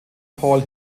paul